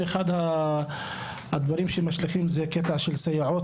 ואחד הדברים שמשליכים זה הקטע של סייעות,